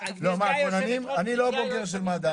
לא, אני לא בוגר של מד"א.